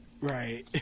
Right